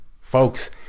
Folks